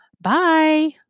Bye